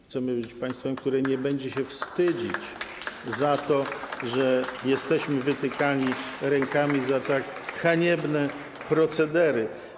Chcemy być państwem, które nie będzie się wstydzić za to, że jesteśmy wytykani palcami za tak haniebne procedery.